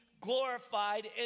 glorified